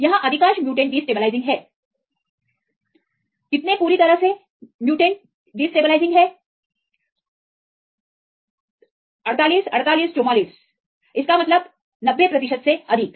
यहां अधिकांश mutant destabilising हैं कि कितने पूरी तरह से पूरी तरह से कितने म्यूटेंट 48 48 44 डिस्टेबलाइजिंग हैं इसका मतलब है 90 प्रतिशत या 90 प्रतिशत से अधिक